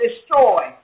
destroy